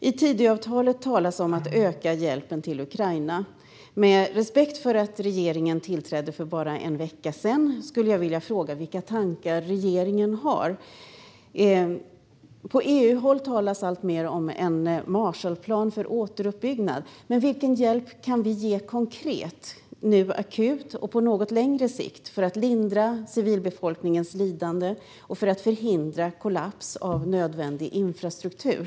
I Tidöavtalet talas om att öka hjälpen till Ukraina. Med respekt för att regeringen tillträdde för bara en vecka sedan skulle jag vilja fråga vilka tankar regeringen har. På EU-håll talas alltmer om en Marshallplan för återuppbyggnad. Men vilken hjälp kan vi nu konkret ge akut och på något längre sikt för att lindra civilbefolkningens lidande och förhindra kollaps av nödvändig infrastruktur?